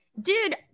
Dude